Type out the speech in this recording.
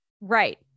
Right